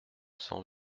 cents